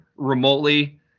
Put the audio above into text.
remotely